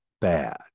bad